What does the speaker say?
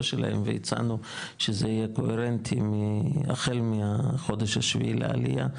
שלהם והצענו שזה יהיה קוהרנטי החל מהחודש השביעי לעלייה,